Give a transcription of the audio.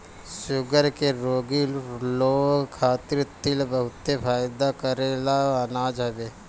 sugar के रोगी लोग खातिर तिल बहुते फायदा करेवाला अनाज हवे